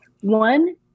One